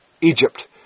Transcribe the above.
Egypt